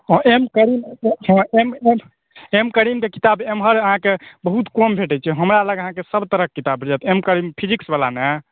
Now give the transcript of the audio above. हँ M Karim M करीमके किताब एम्हर अहाँके बहुत कम भेंटए छै हम अहाँके हमरा लग अहाँके सभ तरहकेँ किताब भेंट जाएत एम करीम फिजिक्सवला ने